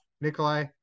Nikolai